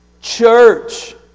church